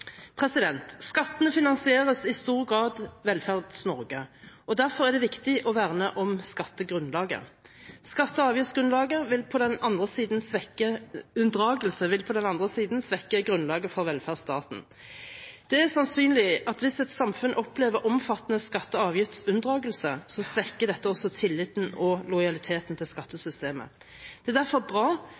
Skattene finansierer i stor grad Velferds-Norge, og derfor er det viktig å verne om skattegrunnlaget. Skatte- og avgiftsunndragelse vil på den andre siden svekke grunnlaget for velferdsstaten. Det er sannsynlig at hvis et samfunn opplever omfattende skatte- og avgiftsunndragelse, svekker dette også tilliten og lojaliteten til skattesystemet. Det er derfor bra